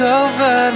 over